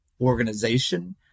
organization